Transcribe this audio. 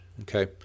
okay